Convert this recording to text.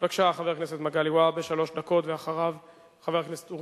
בבקשה, חבר הכנסת מגלי והבה, שלוש דקות.